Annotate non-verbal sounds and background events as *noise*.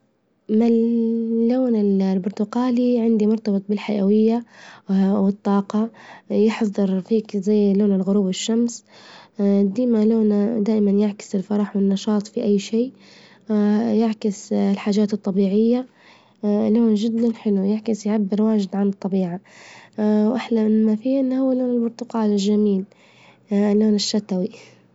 من الل- الون البرتقالي عندي مرتبط بالحيوية والطاقة، يحفظ الرفيج زي لون الغروب والشمس *hesitation* ديما لونه دائما يعكس الفرح والنشاط في أي شيء *hesitation* يعكس الحاجات الطبيعية، *hesitation* لون جدا يحكي في يعبر واجد عن الطبيعة، *hesitation* وأحلى ما فيه إن هو لون البرتقال الجميل، *hesitation* اللون الشتوي.